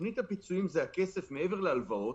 תוכנית הפיצויים זה הכסף מעבר להלוואות,